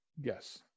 Yes